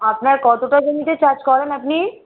আপনার কতোটা জমিতে চাষ করেন আপনি